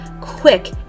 quick